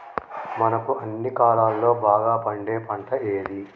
మనకు అన్ని కాలాల్లో బాగా పండే పంట ఏది?